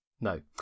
No